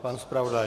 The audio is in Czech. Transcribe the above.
Pane zpravodaji?